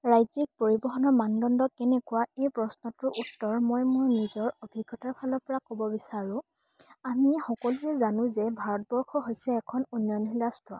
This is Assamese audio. ৰাজ্যিক পৰিবহণৰ মানদণ্ড কেনেকুৱা এই প্ৰশ্নটোৰ উত্তৰ মই মোৰ নিজৰ অভিজ্ঞতাৰ ফালৰ পৰা ক'ব বিচাৰোঁ আমি সকলোৱে জানো যে ভাৰতবৰ্ষ হৈছে এখন উন্নয়নশীল ৰাষ্ট্ৰ